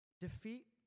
defeat